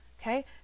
okay